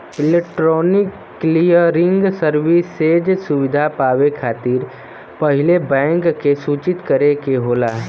electronic clearing services सुविधा पावे खातिर पहिले बैंक के सूचित करे के होला